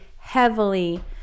heavily